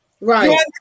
Right